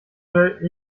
leute